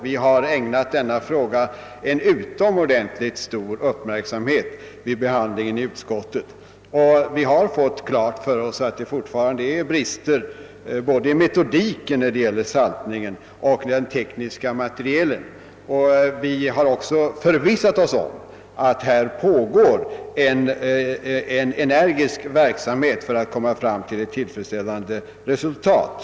Vi har ägnat detta problem utomordentligt stor uppmärksamhet vid behandlingen i utskottet, och vi har fått klart för oss att det fortfarande finns brister både i metodiken när det gäller saltningen och i den tekniska materielen. Vi har också förvissat oss om att det pågår en energisk verksamhet för att nå fram till ett tillfredsställande resultat.